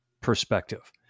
perspective